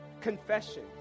confession